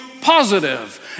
positive